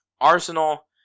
Arsenal